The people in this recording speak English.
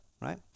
right